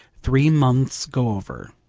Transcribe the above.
three months go over.